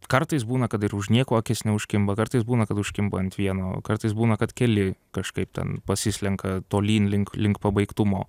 kartais būna kad ir už nieko akis neužkimba kartais būna kad užkimba ant vieno o kartais būna kad keli kažkaip ten pasislenka tolyn link link pabaigtumo